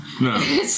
No